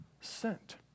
sent